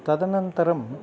तदनन्तरम्